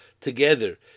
together